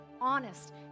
honest